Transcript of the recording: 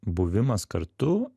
buvimas kartu